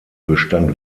bestand